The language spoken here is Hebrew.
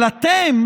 אבל אתם